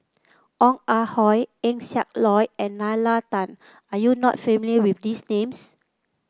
Ong Ah Hoi Eng Siak Loy and Nalla Tan are you not familiar with these names